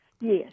Yes